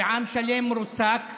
עם שלם רוסק.